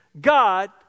God